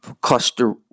cluster